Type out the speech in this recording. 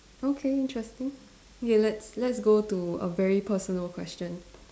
okay interesting K let's let's go to a very personal question